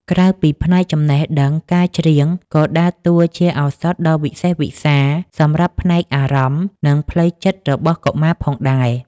ក្រៅពីផ្នែកចំណេះដឹង ការច្រៀងក៏ដើរតួជាឱសថដ៏វិសេសវិសាលសម្រាប់ផ្នែកអារម្មណ៍ និងផ្លូវចិត្តរបស់កុមារផងដែរ។